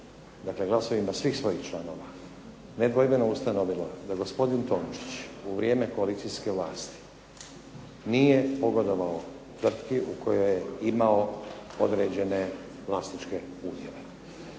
dakle glasovima svih svojih članova nedvojbeno ustanovilo da gospodin Tomčić u vrijeme koalicijske vlasti nije pogodovao tvrtci u kojoj je imao određene vlasničke udjele.